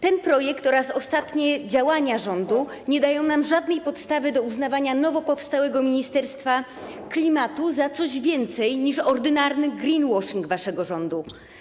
Ten projekt oraz ostatnie działania rządu nie dają nam żadnej podstawy do uznawania nowo powstałego Ministerstwa Klimatu za coś więcej niż ordynarny greenwashing waszego rządu.